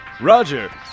Roger